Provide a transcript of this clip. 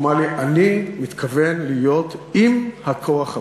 הוא אמר לי: אני מתכוון להיות עם הכוח הפורץ,